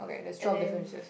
and then